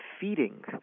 feeding